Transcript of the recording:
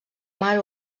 mar